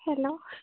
hello